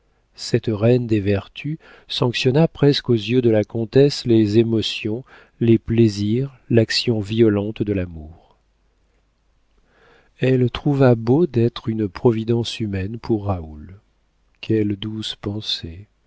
cette reine des vertus sanctionna presque aux yeux de la comtesse les émotions les plaisirs l'action violente de l'amour elle trouva beau d'être une providence humaine pour raoul quelle douce pensée